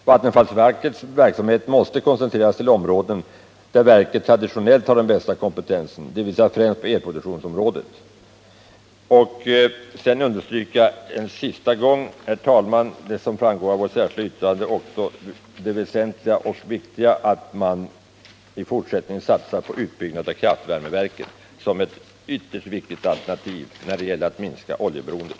Vattenfallsverkets verksamhet måste koncentreras till områden där verket traditionellt har den bästa kompetensen, dvs. främst på elproduktionsområdet. Sedan understryker jag en sista gång, herr talman, det som också framgår av vårt särskilda yttrande, nämligen det viktiga i att man i fortsättningen satsar på utbyggnad av kraftvärmeverk som ett ytterst viktigt alternativ när det gäller att minska oljeberoendet.